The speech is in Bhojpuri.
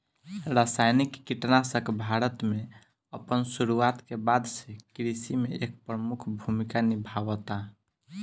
रासायनिक कीटनाशक भारत में अपन शुरुआत के बाद से कृषि में एक प्रमुख भूमिका निभावता